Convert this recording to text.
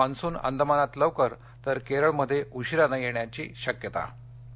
monsoon अंदमानात लवकर तर केरळमध्ये उशिरानं येण्याची अपेक्षा